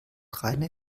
reine